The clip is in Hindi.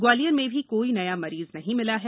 ग्वालियर में भी कोई नया मरीज नहीं मिला है